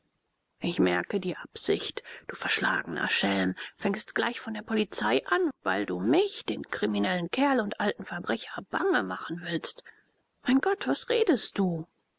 ich merke die absicht du verschlagener schelm fängst gleich von der polizei an weil du mich den kriminellen kerl und alten verbrecher bange machen willst mein gott was redest du